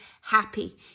happy